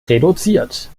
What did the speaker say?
reduziert